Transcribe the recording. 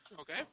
okay